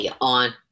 on